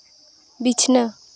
ᱵᱤᱪᱷᱱᱟᱹ